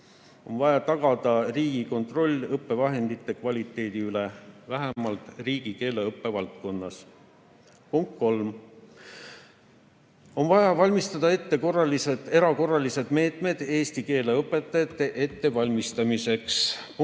on vaja tagada riigi kontroll õppevahendite kvaliteedi üle, vähemalt riigikeele õppe valdkonnas. Punkt kolm, on vaja valmistada ette erakorralised meetmed eesti keele õpetajate ettevalmistamiseks. Punkt